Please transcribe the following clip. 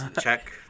check